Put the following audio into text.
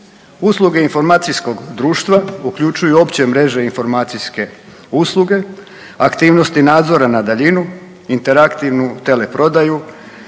Usluge informacijskog društva uključuju opće mreže informacijske usluge, aktivnosti nadzora na daljinu, interaktivnu teleprodaju,